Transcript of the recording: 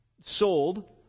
sold